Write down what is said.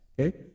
Okay